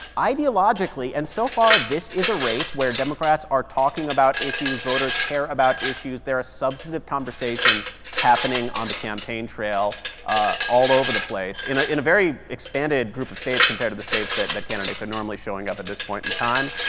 ideologically and so far this is a race where democrats are talking about issues voters care about, issues there are substantive conversations happening on the campaign trail ah all over the place in ah in a very expanded group of states compared to the states that that candidates are normally showing up at this point in time.